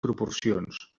proporcions